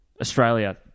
Australia